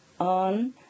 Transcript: on